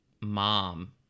mom